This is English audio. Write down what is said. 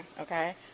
Okay